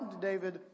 David